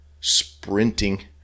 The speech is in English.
sprinting